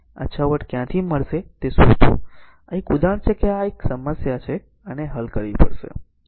તેથી આ 6 વોટ ક્યાંથી મળશે તે શોધો આ એક ઉદાહરણ છે કે આ એક r સમસ્યા છે આને હલ કરવી જોઈએ